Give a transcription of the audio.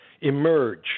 emerge